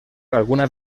alguna